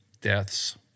deaths